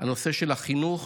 הנושא של החינוך